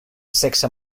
sexe